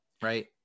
Right